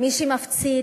מי שמפציץ,